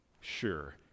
sure